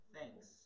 Thanks